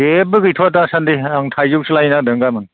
जेबो गैथ'आ दासान्दि आं थाइजौसो लायनो नागिरदों गाबोन